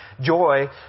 Joy